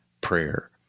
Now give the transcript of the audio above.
prayer